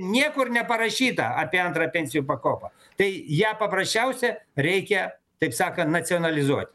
niekur neparašyta apie antrą pensijų pakopą tai ją paprasčiausia reikia taip sakant nacionalizuot